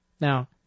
Now